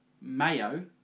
Mayo